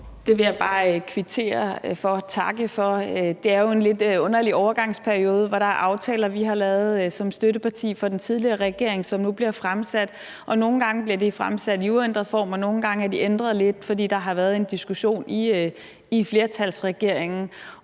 Det vil jeg bare kvittere for og takke for. Det er jo en lidt underlig overgangsperiode, hvor der er aftaler, vi har været med til at lave som støtteparti for den tidligere regering, som nu bliver fremsat som forslag, og nogle gange bliver de fremsat i uændret form, og nogle gange er de ændret lidt, fordi der har været en diskussion i flertalsregeringen.